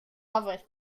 loveth